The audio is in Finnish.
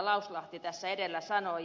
lauslahti tässä edellä sanoi